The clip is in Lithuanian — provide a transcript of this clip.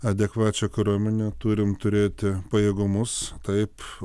adekvačią kariuomenę turim turėti pajėgumus taip